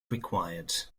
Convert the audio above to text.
required